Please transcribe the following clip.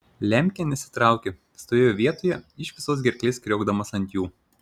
lemkė nesitraukė stovėjo vietoje iš visos gerklės kriokdamas ant jų